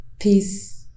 peace